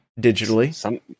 digitally